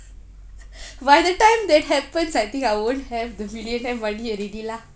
by the time that happens I think I won't have the millionaire money already lah